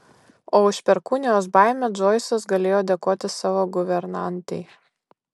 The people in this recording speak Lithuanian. o už perkūnijos baimę džoisas galėjo dėkoti savo guvernantei